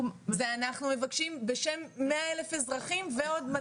זה אנחנו מבקשים בשם מאה אלף אזרחים ועוד מאתיים אלף.